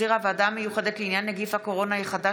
שהחזירה הוועדה המיוחדת לעניין נגיף הקורונה החדש